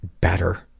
better